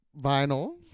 vinyl